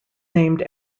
named